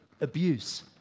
abuse